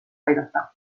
aidata